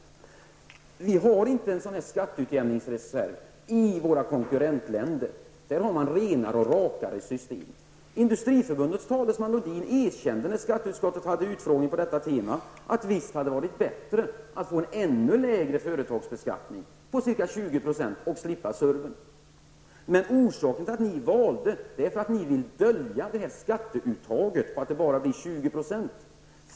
Det finns inte en sådan skatteutjämningsreserv i våra konkurrentländer. Där har man renare och rakare system. Industriförbundets representant Sven-Olof Lodin erkände i utskottet när skatteutskottet hade en utfrågning på detta tema att det visst hade varit bättre att få en ännu lägre företagsskatt, ca 20 %, och slippa SURV-avsättningarna. Orsaken till att ni valde SURV var att ni ville dölja att skatteuttaget bara var 20 %.